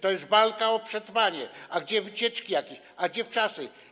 To jest walka o przetrwanie, a gdzie wycieczki jakieś, a gdzie wczasy?